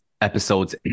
episodes